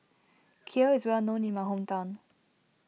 Kheer is well known in my hometown